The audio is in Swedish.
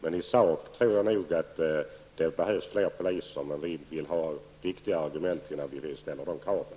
I sak anser jag att det behövs fler poliser, men vi vill ha de rätta argumenten innan vi ställer de kraven.